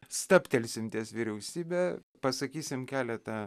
stabtelsim ties vyriausybe pasakysim keletą